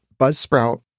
Buzzsprout